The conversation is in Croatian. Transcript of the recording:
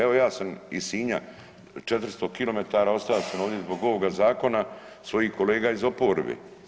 Evo ja sam iz Sinja 400 km osta sam ovdje zbog ovoga zakon svojih kolega iz oporbe.